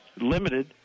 limited